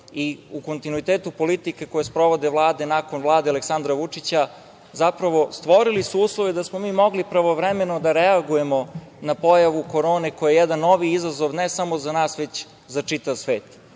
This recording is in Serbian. i u kontinuitetu politike koje sprovode vlade nakon Vlade Aleksandra Vučića zapravo stvorili su uslove da smo mi mogli pravovremeno da reagujemo na pojavu korone koja je jedan novi izazov ne samo za nas, već za čitav svet